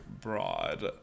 broad